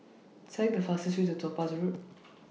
Select The fastest Way to Topaz Road